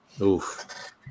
Oof